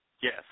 Yes